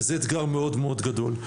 וזה אתגר מאוד מאוד גדול.